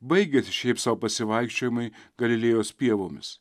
baigiasi šiaip sau pasivaikščiojimai galilėjaus pievomis